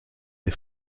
des